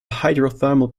hydrothermal